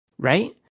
Right